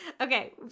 Okay